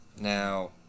Now